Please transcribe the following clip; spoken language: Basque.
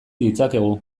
ditzakegu